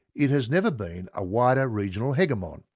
it has never been a wider regional hegemony.